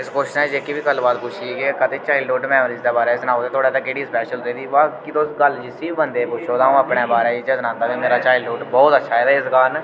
इस क्वेच्शनां च जेह्की बी गल्ल बात पुच्छी दी ऐ एह् आक्खा दे चाइल्डहुड मेमोरी दे बारे च सनाओ ते थुआढ़े आस्तै केह्ड़ी स्पेशल रेहदी बा भी तुस गल्ल जिसी बी बंदे गी पुच्छो तां ओह् अपने बारे इ'यै सनांदा की मेरा चाइल्डहुड बहुत अच्छा ऐ ते इस कारण